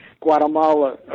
Guatemala